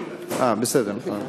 אה, בסדר.